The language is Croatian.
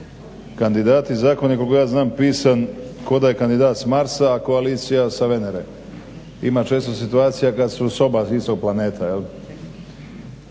Kandidati, zakon je pisan ko da je kandidat s Marsa, a koalicija sa Venere. Ima često situacija kad su oba s istog planeta,